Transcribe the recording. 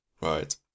Right